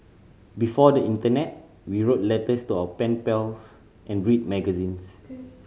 before the internet we wrote letters to our pen pals and read magazines